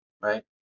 right